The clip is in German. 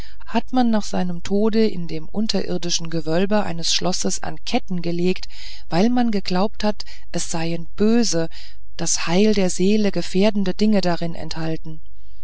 hat man nach seinem tode in dem unterirdischen gewölbe eines schlosses an ketten gelegt weil man geglaubt hat es seien böse das heil der seele gefährdende dinge darin enthalten